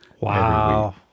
Wow